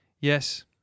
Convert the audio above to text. Yes